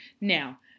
now